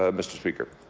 ah mr. speaker.